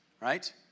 right